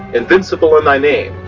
invincible in thy name,